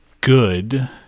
good